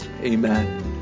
Amen